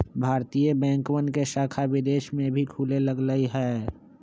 भारतीय बैंकवन के शाखा विदेश में भी खुले लग लय है